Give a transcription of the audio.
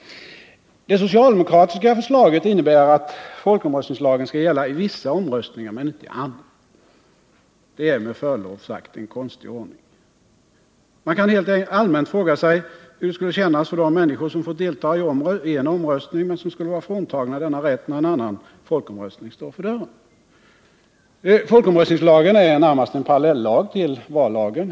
Det socialdemokratiska förslaget innebär att folkomröstningslagen skall gälla i vissa omröstningar men inte i andra. Det är med förlov sagt en konstig ordning. Man kan helt allmänt fråga sig hur det skulle kännas för de människor som fått delta i en omröstning men som skulle vara fråntagna denna rätt när en annan folkomröstning står för dörren. Folkomröstningslagen är närmast en parallellag till vallagen.